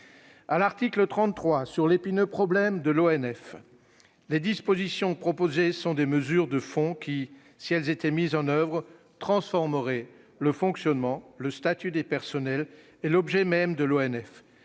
! L'article 33 traite de l'épineux problème de l'ONF. Les dispositions proposées sont des mesures de fond qui, si elles étaient mises en oeuvre, transformeraient le fonctionnement, le statut du personnel et l'objet même de l'ONF.